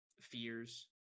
fears